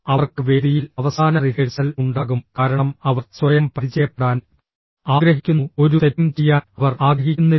അവർക്ക് വേദിയിൽ അവസാന റിഹേഴ്സൽ ഉണ്ടാകും കാരണം അവർ സ്വയം പരിചയപ്പെടാൻ ആഗ്രഹിക്കുന്നു ഒരു തെറ്റും ചെയ്യാൻ അവർ ആഗ്രഹിക്കുന്നില്ല